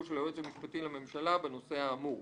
של היועץ המשפטי לממשלה בנושא האמור".